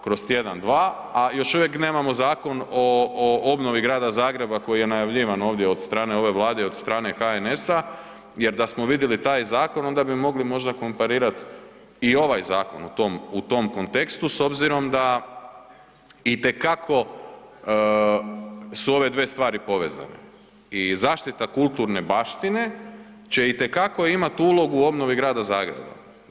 Kroz tjedan-dva, a još uvijek nemamo zakon o obnovi grada Zagreba koji je najavljivan ovdje od strane ove Vlade i od strane HNS-a, jer da smo vidjeli taj zakon, onda bi mogli možda komparirati i ovaj Zakon u tom kontekstu s obzirom da itekako su ove dve stvari povezane i zaštita kulturne baštine će itekako imati ulogu u obnovi grada Zagreba.